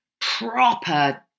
Proper